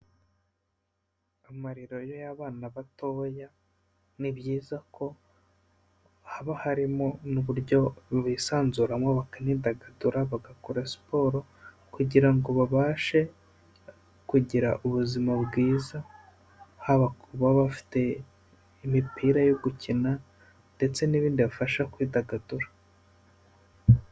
Amarerero y'abana batoya, ni byiza ko haba harimo uburyo bisanzuramo baka nidagadura, bagakora siporo kugira ngo babashe kugira ubuzima bwiza, haba kuba bafite imipira yo gukina, ndetse n'ibindi bibafasha kwidagadura.